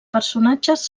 personatges